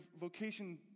vocation